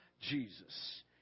Jesus